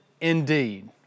indeed